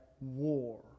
war